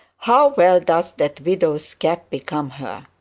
how well does that widow's cap become her,